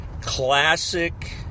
classic